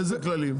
איזה כללים?